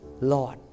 Lord